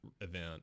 event